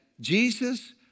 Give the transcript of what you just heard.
jesus